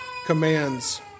Commands